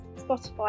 Spotify